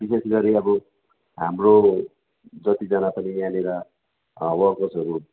विशेष गरी अब हाम्रो जतिजना पनि यहाँनिर वरकर्सहरू